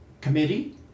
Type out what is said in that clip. committee